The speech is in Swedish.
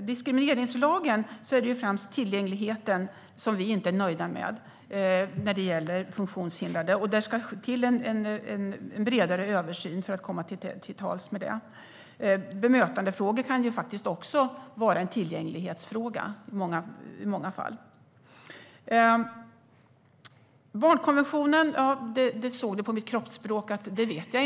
diskrimineringslagen är det främst tillgängligheten för funktionshindrade som vi inte är nöjda med. Det ska till en bredare översyn för att komma till rätta med det. Bemötandefrågor kan också handla om tillgänglighet i många fall. När det gäller barnkonventionen kunde Barbro Westerholm se på mitt kroppsspråk att jag inte vet det.